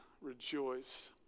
Rejoice